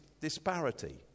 disparity